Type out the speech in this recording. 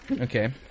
Okay